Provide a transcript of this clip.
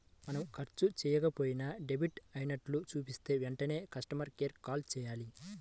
మనం ఖర్చు చెయ్యకపోయినా డెబిట్ అయినట్లు చూపిస్తే వెంటనే కస్టమర్ కేర్ కు కాల్ చేయాలి